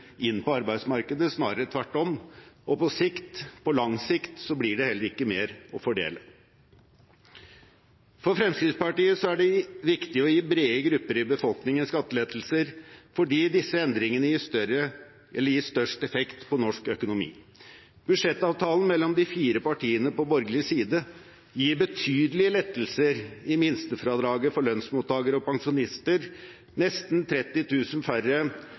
inn på arbeidsmarkedet, snarere tvert om, og på lang sikt blir det heller ikke mer å fordele. For Fremskrittspartiet er det viktig å gi brede grupper i befolkningen skattelettelser, fordi disse endringene gir størst effekt på norsk økonomi. Budsjettavtalen mellom de fire partiene på borgerlig side gir betydelige lettelser i minstefradraget for lønnsmottakere og pensjonister, nesten 30 000 færre